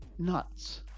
Nuts